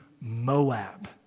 Moab